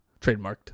trademarked